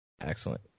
Excellent